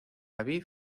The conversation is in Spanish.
aviv